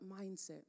mindset